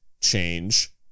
change